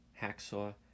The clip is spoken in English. hacksaw